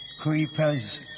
Creepers